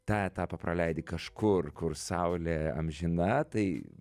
tą etapą praleidi kažkur kur saulė amžina tai